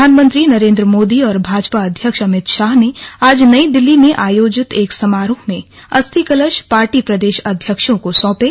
प्रधानमंत्री नरेन्द्र मोदी और भाजपा अध्यक्ष अमित शाह ने आज नई दिल्ली में आयोजित एक समारोह में अस्थि कलश पार्टी प्रदेश अध्यक्षों को सौंपे